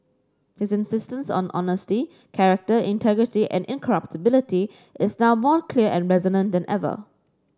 his insistence on honesty character integrity and incorruptibility is now more clear and resonant than ever